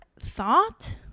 thought